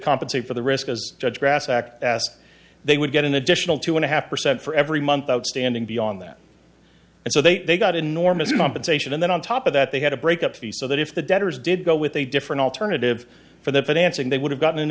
compensate for the risk as judge grass act s they would get an additional two and a half percent for every month outstanding beyond that and so they got enormous number and then on top of that they had to break up the so that if the debtors did go with a different alternative for their financing they would have gotten an